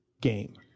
game